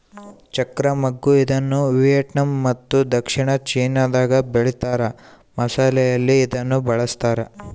ಚಕ್ತ್ರ ಮಗ್ಗು ಇದನ್ನುವಿಯೆಟ್ನಾಮ್ ಮತ್ತು ದಕ್ಷಿಣ ಚೀನಾದಾಗ ಬೆಳೀತಾರ ಮಸಾಲೆಯಲ್ಲಿ ಇದನ್ನು ಬಳಸ್ತಾರ